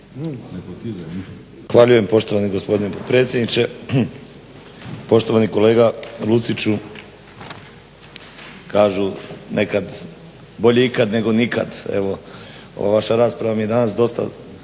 Zahvaljujem poštovani gospodine potpredsjedniče. Poštovani kolega Luciću, kažu nekad: "Bolje ikad nego nikad.", evo ova vaša rasprava mi je danas dosta